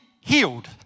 healed